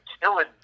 killing